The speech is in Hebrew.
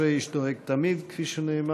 אשרי איש דואג תמיד, כפי שנאמר.